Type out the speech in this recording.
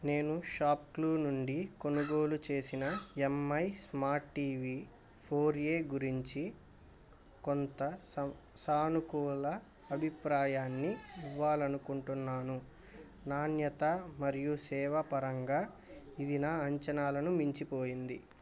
నేను shop clue నుండి కొనుగోలు చేసిన M I smart TV four A గురించి కొంత సానుకూల అభిప్రాయాన్ని ఇవ్వాలి అనుకుంటున్నాను నాణ్యత మరియు సేవ పరంగా ఇది నా అంచనాలను మించిపోయింది